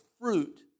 fruit